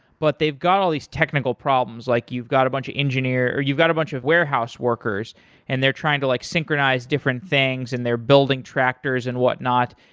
but they've got all these technical problems, like you've got a bunch of engineer or you've got a bunch of warehouse workers and they're trying to like synchronize different things and they're building tractors and what not.